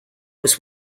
was